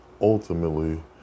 ultimately